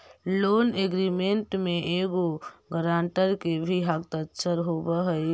loan agreement में एगो guarantor के भी हस्ताक्षर होवऽ हई